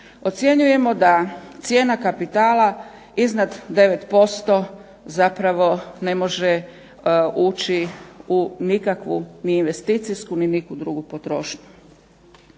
Ocjenjujemo da cijena kapitala iznad 9% zapravo ne može ući u nikakvu ni investicijsku ni nikoju drugu potrošnju.